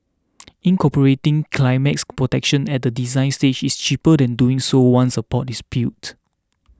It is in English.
incorporating protection at the design stage is cheaper than doing so once a port is built